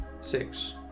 six